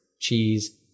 Cheese